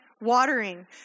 watering